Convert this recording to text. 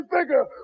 bigger